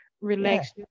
relax